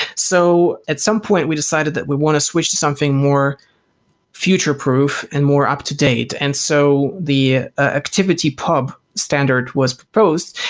so at some point we decided that we want to switch to something more future proof and more up to date. and so the activity pub standard was proposed.